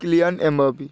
Kylian MP